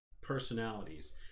personalities